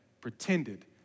pretended